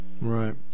Right